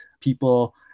people